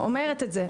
אומרת את זה,